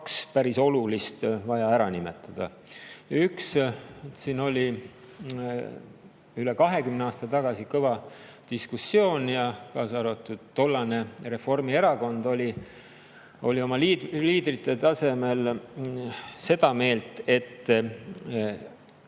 päris olulist vaja ära nimetada. Üks on see, et üle 20 aasta tagasi oli kõva diskussioon, kus ka tollane Reformierakond oli oma liidrite tasemel seda meelt, et